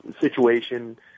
situation